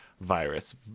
virus